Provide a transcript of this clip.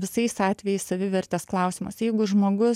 visais atvejais savivertės klausimas jeigu žmogus